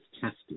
tested